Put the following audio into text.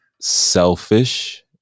selfish